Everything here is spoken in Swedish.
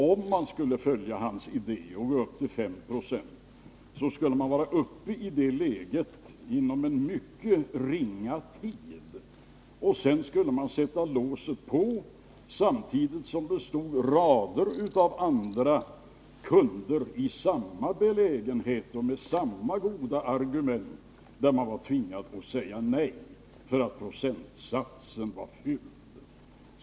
Om man skulle följa hans idé och gå upp till 5 20, skulle man vara uppe i det läget inom en mycket ringa tid, och sedan skulle man sätta låset på samtidigt som det stod rader av andra kunder i samma belägenhet och med samma goda argument, men dem var man tvingad att säga nej till därför att procentsatsen var fylld.